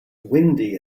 windy